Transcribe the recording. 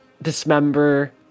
Dismember